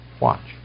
Watch